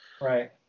Right